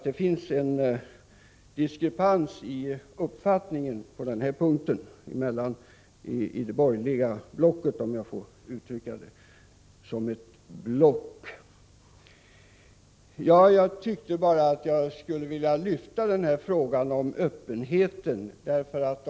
Det finns en diskrepans i uppfattningen på den här punkten inom det borgerliga blocket, om jag får kalla det block i detta sammanhang. Jag tyckte att jag ville ta upp frågan om öppenheten.